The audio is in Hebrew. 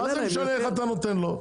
מה זה משנה איך אתה נותן לו?